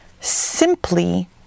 simply